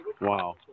Wow